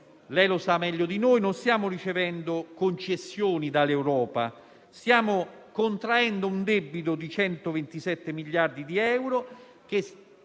- lo sa meglio di noi - sta non già ricevendo concessioni dall'Europa, bensì contraendo un debito di 127 miliardi di euro, che